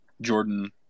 Jordan